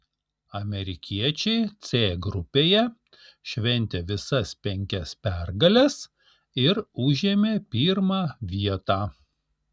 amerikiečiai c grupėje šventė visas penkias pergales ir užėmė pirmą vietą